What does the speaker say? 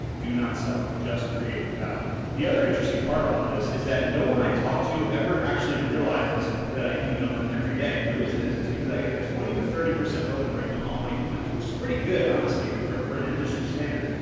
do not sell just create value. the other interesting part about this is that no one i talk to ever actually realizes that i email them every day and the reason is is because i get a twenty to thirty percent open rate on all my emails which is pretty good honestly, for for an industry standard.